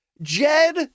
Jed